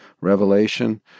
revelation